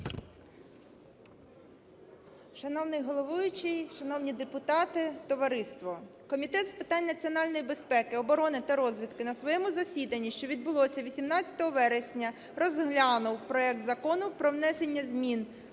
Шановний головуючий, шановні депутати, товариство! Комітет з питань національної безпеки оборони та розвідки на своєму засіданні, що відбулося 18 вересня, розглянув проект Закону про внесення змін